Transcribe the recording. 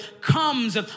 comes